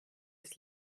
das